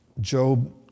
Job